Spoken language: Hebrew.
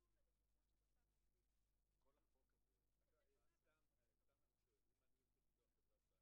מבחינתנו, העגורנאי צריך את ההיתר המיוחד.